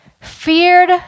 feared